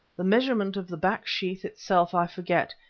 the measurement of the back sheath itself i forget,